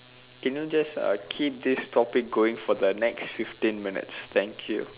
can you just uh keep this topic going for the next fifteen minutes thank you